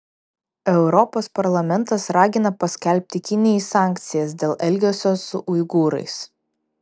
europos parlamentas ragina paskelbti kinijai sankcijas dėl elgesio su uigūrais